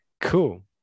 Cool